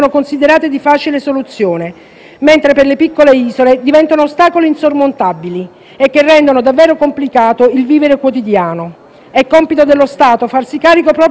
mentre per le piccole isole diventano ostacoli insormontabili, che rendono davvero complicato il vivere quotidiano. È compito dello Stato farsi carico proprio della rimozione di questi ostacoli.